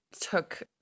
took